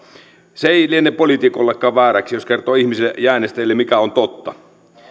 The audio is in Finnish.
se ei liene poliitikollekaan vääräksi jos kertoo äänestäjille mikä on totta